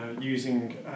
using